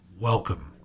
Welcome